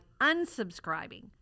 unsubscribing